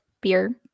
beer